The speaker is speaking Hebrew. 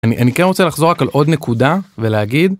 אני כן רוצה לחזור על עוד נקודה ולהגיד.